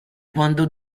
quando